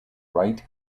wright